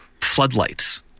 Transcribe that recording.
floodlights